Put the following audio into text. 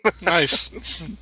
Nice